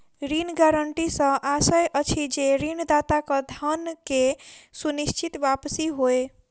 ऋण गारंटी सॅ आशय अछि जे ऋणदाताक धन के सुनिश्चित वापसी होय